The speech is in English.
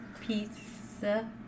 Pizza